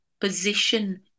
position